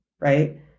right